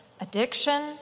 addiction